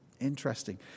Interesting